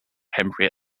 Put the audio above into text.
pembrey